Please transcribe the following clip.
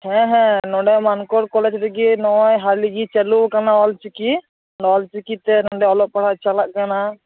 ᱦᱮᱸ ᱦᱮᱸ ᱱᱚᱸᱰᱮ ᱢᱟᱱᱠᱚᱲ ᱠᱚᱞᱮᱡᱽ ᱨᱮᱜᱮ ᱱᱟᱣᱟ ᱦᱟᱹᱞᱤᱜᱮ ᱪᱟᱹᱞᱩ ᱟᱠᱟᱱᱟ ᱚᱞ ᱪᱤᱠᱤ ᱚᱱᱟ ᱚᱞ ᱪᱤᱠᱤᱛᱮ ᱱᱚᱸᱰᱮ ᱚᱞᱚᱜ ᱯᱟᱲᱦᱟᱣ ᱪᱟᱞᱟᱜ ᱠᱟᱱᱟ